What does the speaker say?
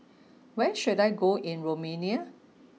where should I go in Romania